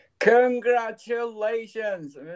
Congratulations